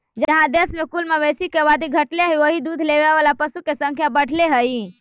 जहाँ देश में कुल मवेशी के आबादी घटले हइ, वहीं दूध देवे वाला पशु के संख्या बढ़ले हइ